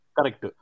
Correct